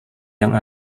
yang